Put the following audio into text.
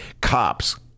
Cops